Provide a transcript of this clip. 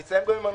בבקשה.